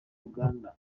uganda